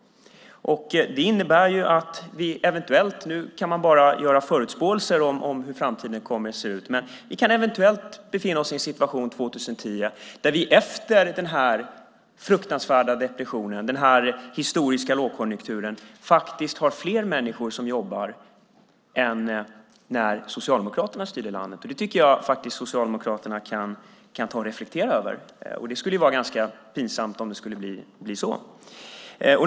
Man kan ju bara förutspå hur framtiden kommer att se ut, men detta innebär att vi eventuellt kan befinna oss i en situation 2010 där vi efter den här fruktansvärda depressionen och historiska lågkonjunkturen faktiskt har fler människor som jobbar än när Socialdemokraterna styrde landet. Det tycker jag att Socialdemokraterna kan ta och reflektera över. Det skulle vara ganska pinsamt för er om det skulle bli så.